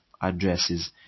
addresses